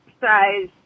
size